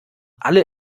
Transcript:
alle